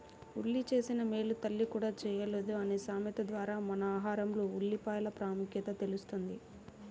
ఉల్లి చేసిన మేలు తల్లి కూడా చేయలేదు అనే సామెత ద్వారా మన ఆహారంలో ఉల్లిపాయల ప్రాముఖ్యత తెలుస్తుంది